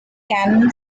canon